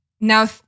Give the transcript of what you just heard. Now